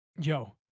Yo